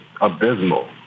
abysmal